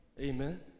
Amen